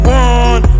one